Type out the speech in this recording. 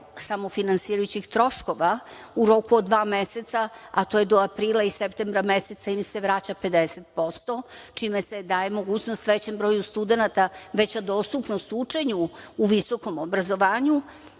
samofinansirajućih troškova, u roku od dva meseca, a to je do aprila i septembra meseca, vraća im se 50%, čime se daje mogućnost većem broju studenata, veća dostupnost u učenju u visokom obrazovanju,